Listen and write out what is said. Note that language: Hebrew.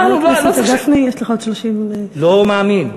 חבר הכנסת גפני, יש לך עוד 30, לא מאמין.